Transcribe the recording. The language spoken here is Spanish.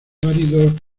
áridos